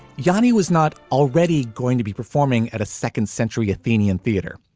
johnny was not already going to be performing at a second century athenian theatre.